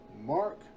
mark